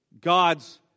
God's